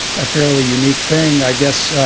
fairly unique thing, i guess.